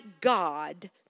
God